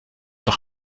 doch